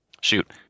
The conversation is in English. shoot